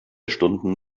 stunden